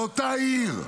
באותה עיר.